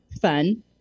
fun